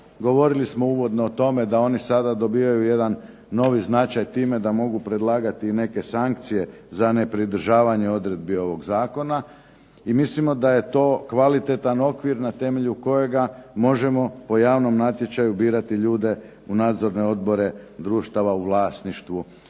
Govorili smo uvodno o tome da oni sada dobijaju jedan novi značaj time da mogu predlagati i neke sankcije za nepridržavanje odredbi ovog zakona. I mislimo da je to kvalitetan okvir na temelju kojega možemo po javnom natječaju birati ljude u nadzorne odbore društava u vlasništvu.